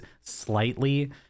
slightly